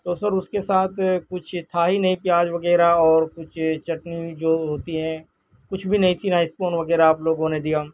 اور سر اس کے ساتھ کچھ تھا ہی نہیں پیاز وغیرہ اور کچھ چٹنی جو ہوتی ہے کچھ بھی نہیں تھی نہ اسپون وغیرہ آپ لوگوں نے دیا